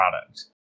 product